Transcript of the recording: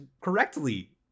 correctly